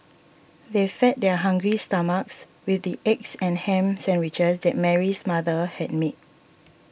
they fed their hungry stomachs with the eggs and ham sandwiches that Mary's mother had made